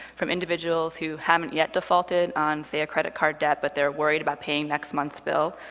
from individuals who haven't yet defaulted on, say, a credit card debt, but they're worried about paying next month's bill,